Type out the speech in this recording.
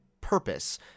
purpose